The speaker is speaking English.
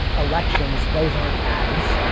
elections, those aren't ads,